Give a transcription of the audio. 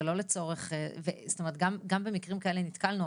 גם במקרים כאלה נתקלנו,